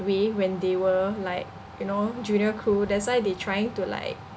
way when they were like you know junior crew that's why they trying to like